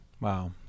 wow